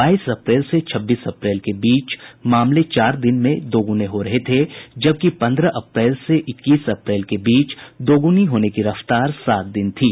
बाईस अप्रैल से छब्बीस अप्रैल के बीच मामले चार दिन में हो दोगुने हो रहे थे जबकि पंद्रह अप्रैल से इक्कीस अप्रैल के बीच दोगुनी होने की रफ्तार सात दिन थी